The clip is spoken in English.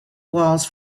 walls